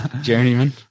Journeyman